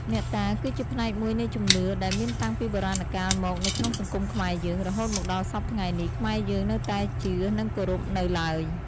អ្នកតាគឺជាផ្នែកមួយនៃជំនឿ ដែលមានតាំងពីបុរាណកាលមកនៅក្នុងសង្គមខ្មែរយើង រហូតមកដល់សព្វថ្ងៃនេះខ្មែរយើងនៅតែជឿនិងគោរពនូវឡើយ។